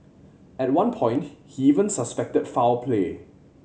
at one point he even suspected foul play